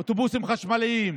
אוטובוסים חשמליים,